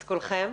את כולכם.